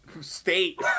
state